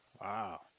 Wow